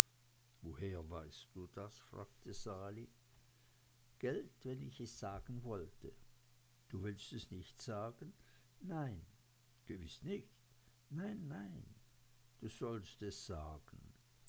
woher weißt du das fragte sali gelt wenn ich es sagen wollte du willst es nicht sagen nein gewiß nicht nein nein du sollst es sagen